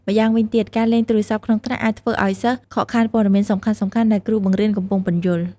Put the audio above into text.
ម្យ៉ាងវិញទៀត ការលេងទូរស័ព្ទក្នុងថ្នាក់អាចធ្វើឱ្យសិស្សខកខានព័ត៌មានសំខាន់ៗដែលគ្រូបង្រៀនកំពុងពន្យល់។